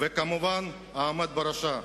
וכמובן העומד בראשה.